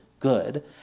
good